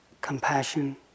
compassion